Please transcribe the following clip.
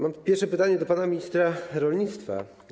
Mam pierwsze pytanie do pana ministra rolnictwa.